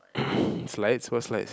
slides what slides